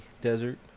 desert